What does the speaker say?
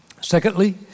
Secondly